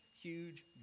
huge